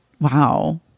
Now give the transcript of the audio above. wow